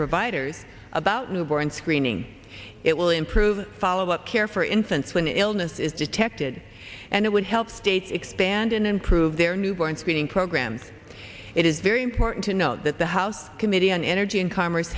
providers about newborn screening it will improve follow up care for infants when illness is detected and it would help states expand and improve their newborn screening programs it is very important to note that the house committee on energy and commerce